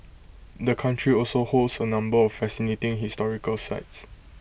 the country also holds A number of fascinating historical sites